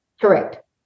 Correct